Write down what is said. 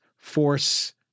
force